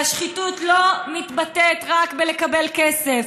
והשחיתות לא מתבטאת רק בלקבל כסף,